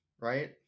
right